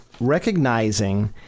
recognizing